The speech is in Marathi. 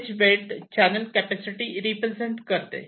is wet channel capacity represent करते